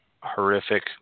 horrific